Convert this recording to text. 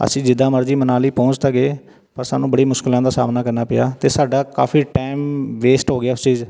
ਅਸੀਂ ਜਿੱਦਾਂ ਮਰਜ਼ੀ ਮਨਾਲੀ ਪਹੁੰਚ ਤਾਂ ਗਏ ਪਰ ਸਾਨੂੰ ਬੜੀ ਮੁਸ਼ਕਿਲਾਂ ਦਾ ਸਾਹਮਣਾ ਕਰਨਾ ਪਿਆ ਅਤੇ ਸਾਡਾ ਕਾਫੀ ਟਾਈਮ ਵੇਸਟ ਹੋ ਗਿਆ ਉਸ ਚੀਜ਼